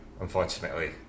unfortunately